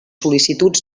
sol·licituds